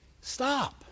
stop